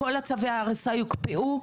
כל צווי ההריסה יוקפאו.